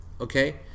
okay